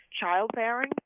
Childbearing